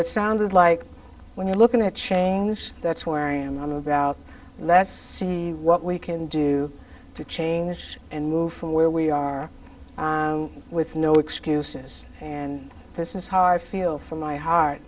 it sounded like when you're looking to change that's where i am on about let's see what we can do to change and move from where we are with no excuses and this is hard feel from my heart